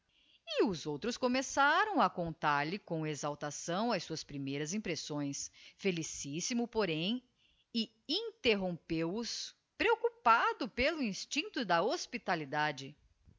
e os outros começaram a contar-lhe com exaltação as suas primeiras impressões felicissimc porém e intcrrompu os preoccupado pelo instincto da hospitalidade